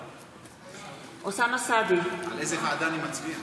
בעד על איזו ועדה אני מצביע?